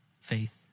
faith